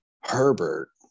Herbert